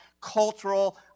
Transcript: cultural